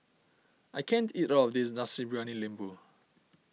I can't eat all of this Nasi Briyani Lembu